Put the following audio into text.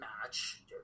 match